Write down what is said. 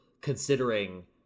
considering